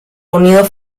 unidos